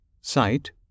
sight